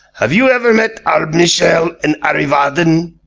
have you ever met arbmishel and arreevadon?